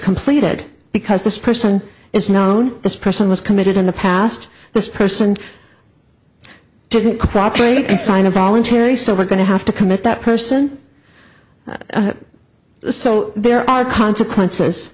completed because this person is known this person was committed in the past this person didn't cooperate and sign a voluntary so we're going to have to commit that person so there are consequences